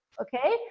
Okay